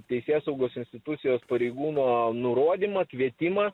teisėsaugos institucijos pareigūno nurodymą kvietimą